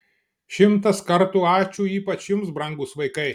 šimtas kartų ačiū ypač jums brangūs vaikai